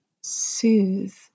soothe